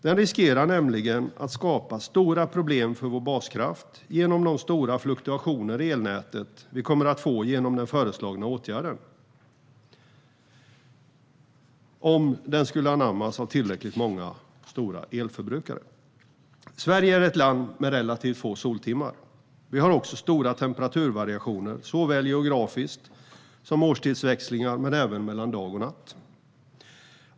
Den riskerar nämligen att skapa stora problem för vår baskraft genom de stora fluktuationer i elnätet som vi kommer att få genom den föreslagna åtgärden, om den skulle anammas av tillräckligt många stora elförbrukare. Sverige är ett land med relativt få soltimmar. Vi har också stora temperaturvariationer, såväl geografiskt som vad gäller årstidsväxlingar samt mellan dag och natt.